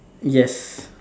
yes